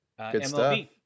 MLB